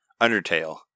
Undertale